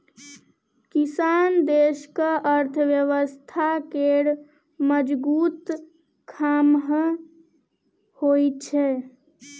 किसान देशक अर्थव्यवस्था केर मजगुत खाम्ह होइ छै